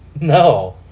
No